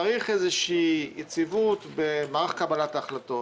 צריך איזו יציבות במערך קבלת ההחלטות.